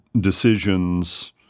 decisions –